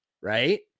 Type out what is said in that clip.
right